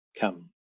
come